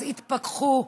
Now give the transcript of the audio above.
אז התפכחו.